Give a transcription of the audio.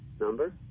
number